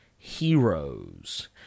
Heroes